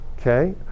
okay